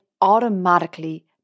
automatically